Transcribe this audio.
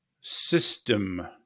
system